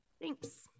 Thanks